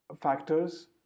factors